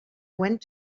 went